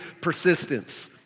persistence